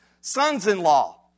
sons-in-law